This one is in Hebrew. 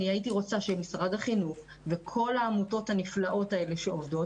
הייתי רוצה שמשרד החינוך וכל העמותות הנפלאות האלה שעובדות